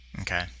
Okay